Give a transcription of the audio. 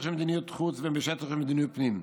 של מדיניות חוץ והן בשטח של מדיניות פנים.